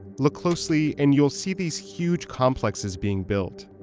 look closely, and you'll see these huge complexes being built.